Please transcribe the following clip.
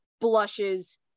blushes